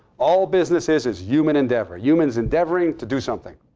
all business is is human endeavor, humans endeavoring to do something.